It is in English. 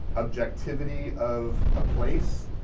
objectivity of a place.